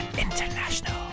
international